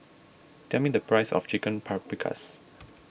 tell me the price of Chicken Paprikas